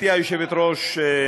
גברתי היושבת-ראש,